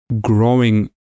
growing